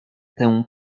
temu